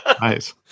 Nice